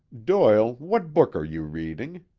doyle, what book are you reading?